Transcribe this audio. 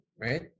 Right